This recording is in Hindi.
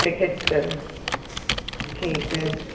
लिखित कर ठीक है